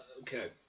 Okay